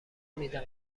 میدم